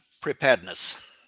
preparedness